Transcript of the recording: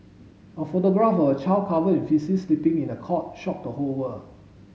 a photograph of a child covered in faeces sleeping in a cot shock the whole world